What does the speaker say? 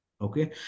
Okay